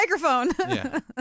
microphone